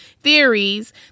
theories